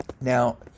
Now